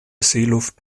seeluft